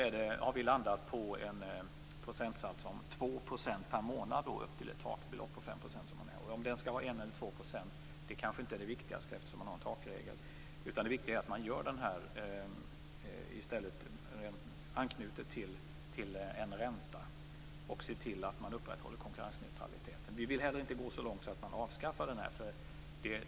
Vi har landat på en procentsats om 2 % per månad upp till ett tak på 5 %. Om det skall vara 1 % eller 2 % är kanske inte det viktigaste eftersom man har en takregel. Det viktiga är att man anknyter till en ränta och ser till att man upprätthåller konkurrensneutralitet. Vi vill heller inte gå så långt att man avskaffar detta.